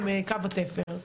עם קו התפר.